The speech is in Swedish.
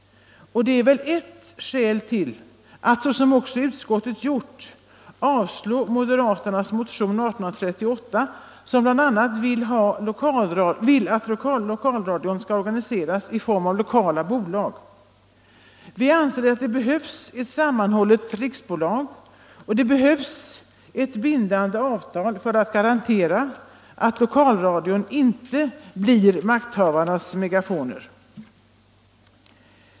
Och det är väl ert skäl för att — som också utskottet gjort — avstyrka moderaternas motion 1838, där man bl.a. vill att lokalradion skall organiseras i form av lokala bolag. Vi anser att det behövs ett sammanhållet riksbolag och att det behövs ett bindande avtal för att garantera att lokalradion inte blir makthavarnas megafon.